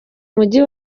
mujyi